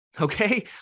okay